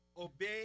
Obey